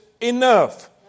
enough